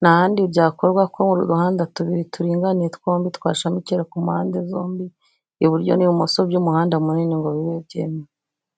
nta handi byakorwa ko uduhanda tubiri turinganiye, twombi twashamikira ku mpande zombi, iburyo n'ibumoso by'umuhanda munini ngo bibe byemewe.